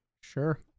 Sure